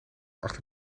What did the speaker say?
achter